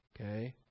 Okay